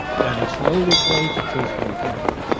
then he slowly closed the casement again,